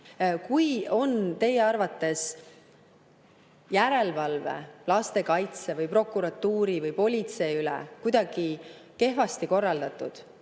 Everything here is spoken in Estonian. Kui on teie arvates järelevalve lastekaitse või prokuratuuri või politsei üle kuidagi kehvasti korraldatud,